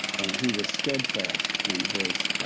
and he was steadfast in his